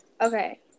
Okay